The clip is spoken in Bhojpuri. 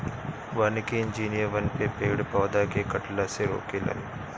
वानिकी इंजिनियर वन में पेड़ पौधा के कटला से रोके लन